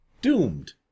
doomed